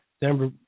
Denver